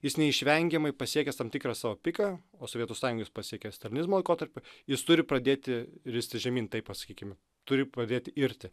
jis neišvengiamai pasiekęs tam tikrą savo piką o sovietų sąjungoj jis pasiekė stalinizmo laikotarpiu jis turi pradėti ristis žemyn taip pasakykime turi pradėti irti